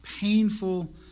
painful